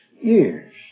years